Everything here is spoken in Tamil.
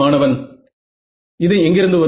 மாணவன் இது எங்கிருந்து வரும்